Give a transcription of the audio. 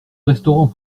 restaurant